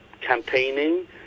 campaigning